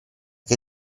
che